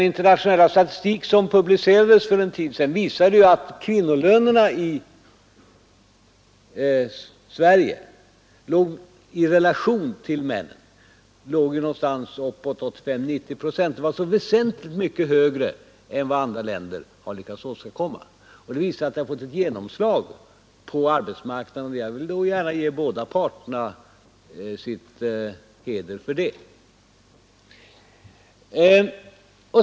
Internationell statistik som publicerades för en tid sedan visade att lönerna för kvinnor i relation till lönerna för män i Sverige låg någonstans uppåt 80 — 90 procent. Skillnaden var alltså väsentligt mindre här än i andra länder. Det visar att likalönsprincipen fått ett genomslag på arbetsmarknaden, och jag tycker nog att båda parterna bör hedras för det.